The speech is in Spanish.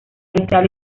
vital